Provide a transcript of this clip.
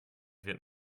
wird